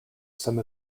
some